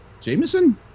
Jameson